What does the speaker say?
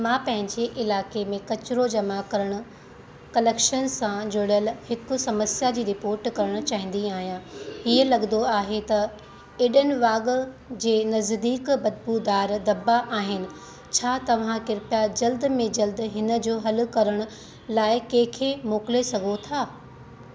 मां पंहिंजे इलाइक़े में कचिरो जमां करणु क्लैकशन सां जुड़ियल हिकु समस्या जी रिपोर्ट करण चाहींदी आहियां ईअ लॻंदो आहे त एॾन वाॻ जे नज़दीकु बदबूदार दबा आहिनि छा तव्हां जल्दु में जल्दु हिनजो हलु करणु लाइ के खे मोकिले सघो था